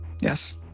Yes